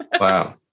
Wow